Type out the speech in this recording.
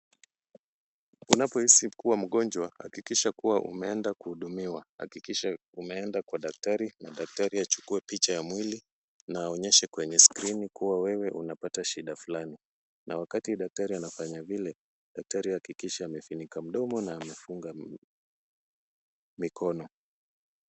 Unapohisi kuwa mgonjwa, hakikisha kuwa umeenda kuhudumiwa. Hakikisha umeenda kwa daktari na daktari achukue picha ya mwili na aonyeshe kwenye skrini kuwa wewe unapata shida fulani na wakati daktrari anafanya vile, daktari ahakikishe amefunga mdomo na amefunga mikono.